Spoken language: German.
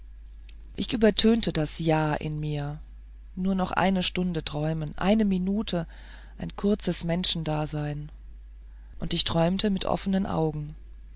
ich übertönte das ja in mir nur noch eine stunde träumen eine minute ein kurzes menschendasein und ich träumte mit offenen augen